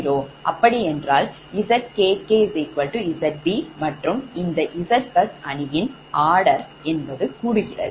அப்படி என்றால் ZkkZb மற்றும் இந்த Zbus அணியின் order கூடுகிறது